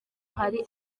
hari